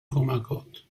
کمکهات